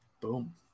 Boom